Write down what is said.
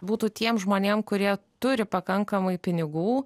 būtų tiem žmonėm kurie turi pakankamai pinigų